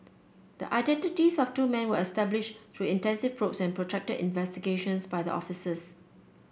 the identities of two men were established through intensive probes and protracted investigations by the officers